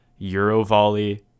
Eurovolley